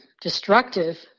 destructive